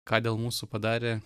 ką dėl mūsų padarė